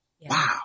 Wow